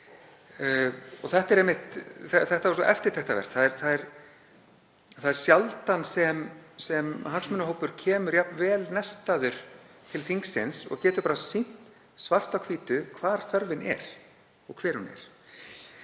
Það var svo eftirtektarvert, það er sjaldan sem hagsmunahópur kemur jafn vel nestaður til þingsins og getur bara sýnt það svart á hvítu hvar þörfin er og hver hún er.